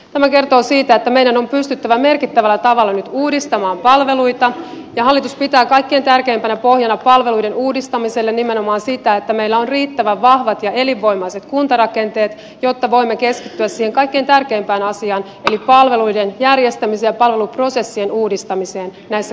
tämä kertoo siitä että meidän on pystyttävä merkittävällä tavalla nyt uudistamaan palveluita ja hallitus pitää kaikkein tärkeimpänä pohjana palveluiden uudistamiselle nimenomaan sitä että meillä on riittävän vahvat ja elinvoimaiset kuntarakenteet jotta voimme keskittyä siihen kaikkein tärkeimpään asiaan eli palveluiden järjestämisen ja palveluprosessien uudistamiseen näissä kunnissa